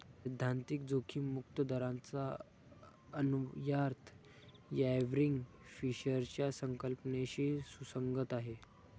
सैद्धांतिक जोखीम मुक्त दराचा अन्वयार्थ आयर्विंग फिशरच्या संकल्पनेशी सुसंगत आहे